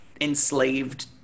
enslaved